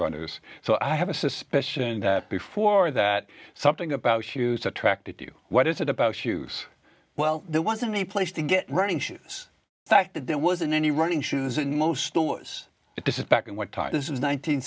runners so i have a suspicion that before that something about shoes attracted to you what is it about shoes well there wasn't any place to get running shoes fact that there wasn't any running shoes in most stores if this is back and what type this